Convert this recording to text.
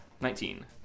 Nineteen